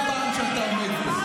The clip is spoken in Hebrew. כל פעם שאתה עומד פה.